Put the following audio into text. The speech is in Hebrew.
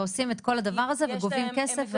עושים את כל הדבר הזה וגובים כסף.